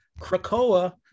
krakoa